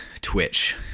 twitch